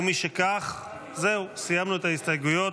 משכך, זהו, סיימנו את ההסתייגויות,